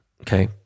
okay